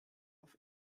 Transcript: auf